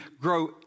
grow